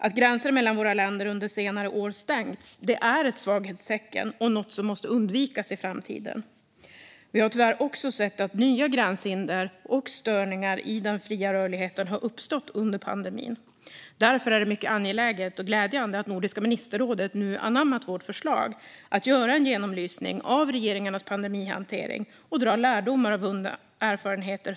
Att gränser mellan våra länder under senare år har stängts är ett svaghetstecken och något som måste undvikas i framtiden. Vi har tyvärr också sett att nya gränshinder och störningar av den fria rörligheten har uppstått under pandemin. Det är därför mycket angeläget och glädjande att Nordiska ministerrådet nu anammat vårt förslag att göra en genomlysning av regeringarnas pandemihantering och dra lärdomar för framtiden av vunna erfarenheter.